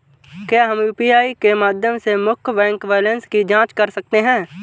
क्या हम यू.पी.आई के माध्यम से मुख्य बैंक बैलेंस की जाँच कर सकते हैं?